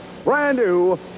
brand-new